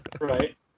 Right